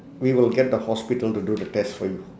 we will get the hospital to do the test for you